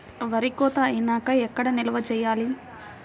వరి కోత అయినాక ఎక్కడ నిల్వ చేయాలి?